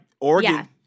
Oregon